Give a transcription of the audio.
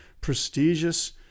prestigious